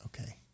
okay